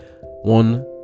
one